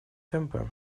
темпы